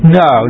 no